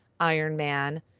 Ironman